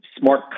smart